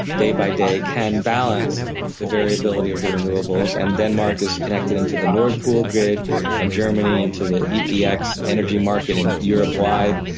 day by day can balance the variability of the renewables, and denmark is connected into the nord pool grid and germany into the the eex energy market and europe wide.